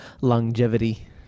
longevity